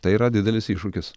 tai yra didelis iššūkis